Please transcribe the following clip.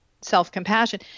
self-compassion